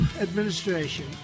administration